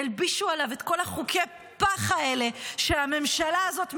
הלבישו עליו את כל חוקי הפח האלה שהממשלה הזאת מביאה.